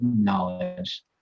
knowledge